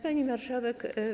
Pani Marszałek!